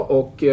och